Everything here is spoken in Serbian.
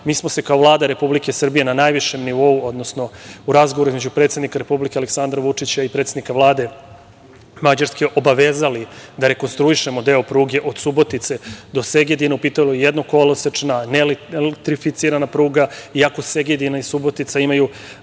mi smo se kao Vlada Republike Srbije na najvišem nivou, odnosno u razgovoru između predsednika Republike Aleksandra Vučića i Vlade Mađarske obavezali da rekonstruišemo deo pruge od Subotice do Segedina. U pitanju je jednokolosečna, neelektrificirana pruga. Iako Segedin i Subotica imaju